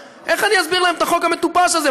איך אני אסביר להם את החוק המטופש הזה,